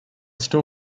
still